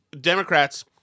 Democrats